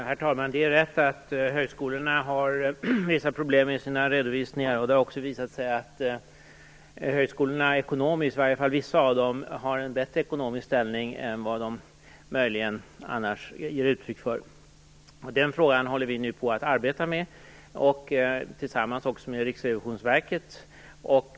Herr talman! Det är rätt att högskolorna har vissa problem med sina redovisningar. Det har också visat sig att åtminstone vissa högskolor har en bättre ekonomisk ställning än vad de annars ger uttryck för. Vi arbetar nu med frågan tillsammans med Riksrevisionsverket.